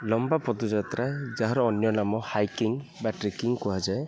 ଲମ୍ବା ପଦଯାତ୍ରା ଯାହାର ଅନ୍ୟ ନାମ ହାଇକିଂ ବା ଟ୍ରେକିଂ କୁହାଯାଏ